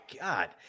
god